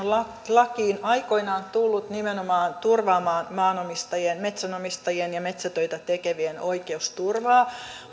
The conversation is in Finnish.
on lakiin aikoinaan tullut nimenomaan turvaamaan maanomistajien metsänomistajien ja metsätöitä tekevien oikeusturvaa